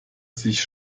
sich